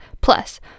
Plus